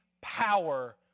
power